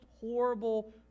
horrible